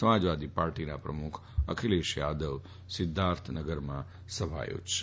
સમાજવાદી પાર્ટીના પ્રમુખ અખિલેશ યાદવ સિધ્ધાર્થનગરમાં સભા યોજશે